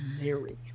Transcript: Mary